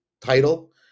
title